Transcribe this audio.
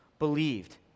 believed